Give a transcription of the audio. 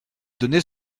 données